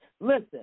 listen